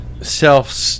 self